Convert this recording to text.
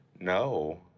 No